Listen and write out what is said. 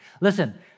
Listen